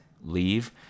leave